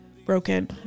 broken